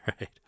right